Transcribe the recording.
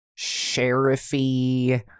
sheriffy